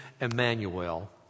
Emmanuel